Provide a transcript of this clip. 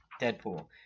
Deadpool